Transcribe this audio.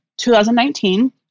2019